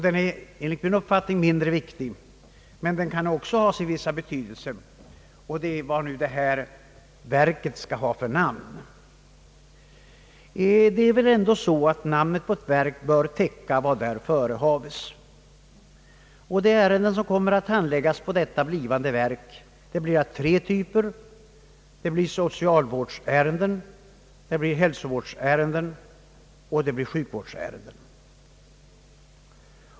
Den är enligt min uppfattning mindre viktig, men den kan också ha sin betydelse; den gäller vad detta verk skall ha för namn. Namnet på ett verk bör täcka vad som där förehaves. De ärenden som kommer att handläggas på detta blivande verk blir av tre typer, socialvårdsärenden, hälsovårdsärenden och sjukvårdsärenden.